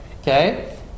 Okay